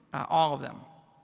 all of them.